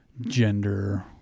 gender